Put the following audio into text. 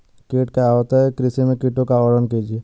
कीट क्या होता है कृषि में कीटों का वर्णन कीजिए?